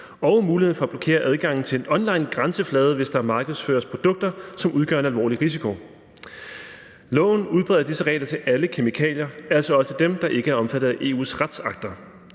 og muligheden for at blokere adgangen til en onlinegrænseflade, hvis der markedsføres produkter, som udgør en alvorlig risiko. Loven udbreder disse regler til alle kemikalier, altså også dem, der ikke er omfattet af EU's retsakter.